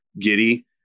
Giddy